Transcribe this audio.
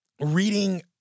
reading